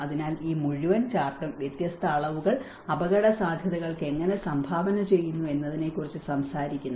അതിനാൽ ഈ മുഴുവൻ ചാർട്ടും വ്യത്യസ്ത അളവുകൾ അപകടസാധ്യതകൾക്ക് എങ്ങനെ സംഭാവന ചെയ്യുന്നു എന്നതിനെക്കുറിച്ച് സംസാരിക്കുന്നു